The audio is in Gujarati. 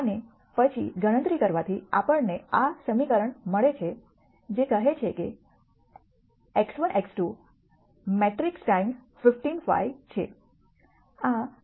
અને પછી ગણતરી કરવાથી આપણને આ સમીકરણ મળે છે જે કહે છે x1 x2 મેટ્રિક્સ ટાઈમ્સ 15 5 છે